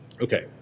Okay